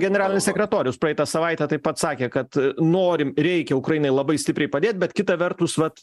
generalinis sekretorius praeitą savaitę taip pat sakė kad norim reikia ukrainai labai stipriai padėt bet kita vertus vat